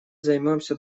займемся